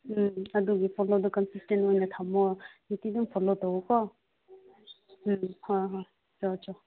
ꯎꯝ ꯑꯗꯨꯒꯤ ꯐꯣꯂꯣꯗꯣ ꯀꯟꯁꯤꯁꯇꯦꯟ ꯑꯣꯏꯅ ꯊꯝꯃꯣ ꯅꯨꯡꯇꯤ ꯑꯗꯨꯝ ꯐꯣꯂꯣ ꯇꯧꯋꯣꯀꯣ ꯎꯝ ꯍꯣꯏ ꯍꯣꯏ ꯆꯣ ꯆꯣ